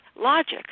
logic